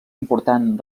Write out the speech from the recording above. important